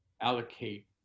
allocate